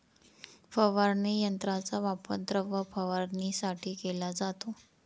फवारणी यंत्राचा वापर द्रव फवारणीसाठी केला जातो